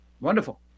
Wonderful